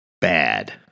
Bad